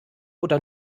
oder